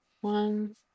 one